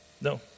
No